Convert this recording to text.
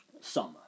summer